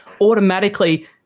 automatically